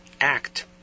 act